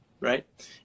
right